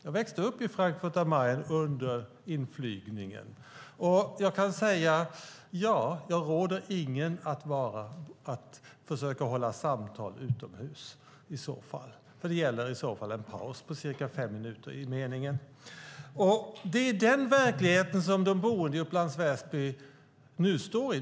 Jag växte upp i Frankfurt am Main under en inflygningslinje. Jag kan säga att jag inte råder någon att försöka hålla samtal utomhus under sådana förhållanden. Det gäller i så fall att ha en paus på cirka fem minuter i meningen. Det är den verklighet som de boende i Upplands Väsby nu står i.